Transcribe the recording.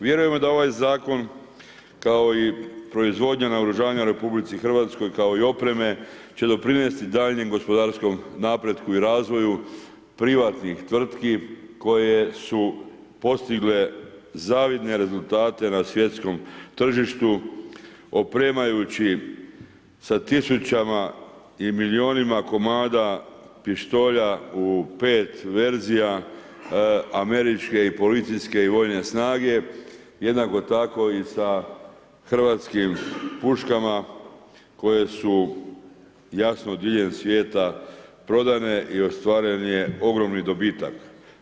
Vjerujemo da ovaj zakon, kao i proizvodnja, naoružavanja u RH kao i opreme će doprinesti duljenjem gospodarskom razvoju i napretku privatnih tvrtki koje su postigle zavidne rezultate na svjetskom tržištu, opremajući sa tisućama i milijunima kom pištolja u 5 verzija, američke i policijske i vojne snage, jednako tako i sa hrvatskim puškama koje su jasno, diljem svijeta prodane i ostvaren je ogromni dobitak.